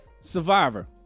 Survivor